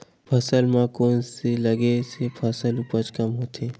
फसल म कोन से लगे से फसल उपज कम होथे?